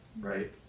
right